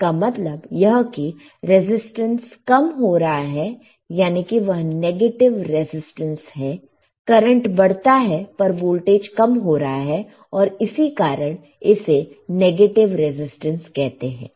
इसका मतलब यह कि रेसिस्टेंस कम हो रहा है याने कि वह नेगेटिव रेसिस्टेंस है करंट बढ़ता है पर वोल्टेज कम हो रहा है और इसी कारण इसे नेगेटिव रेसिस्टेंस कहते हैं